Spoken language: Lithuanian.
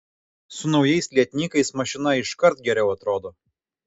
su naujais lietnykais mašina iškart geriau atrodo